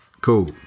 Cool